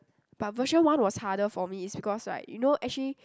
but version one was harder for me it's because right you know actually